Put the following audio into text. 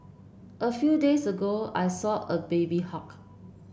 a few days ago I saw a baby hawk